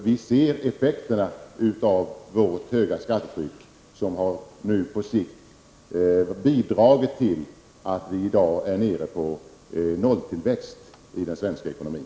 Vi ser nu effekterna av det höga skattetrycket, som har bidragit till att vi i dag är nere på nolltillväxt i den svenska ekonomin.